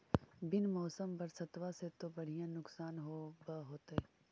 बिन मौसम बरसतबा से तो बढ़िया नुक्सान होब होतै?